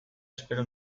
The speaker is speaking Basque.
espero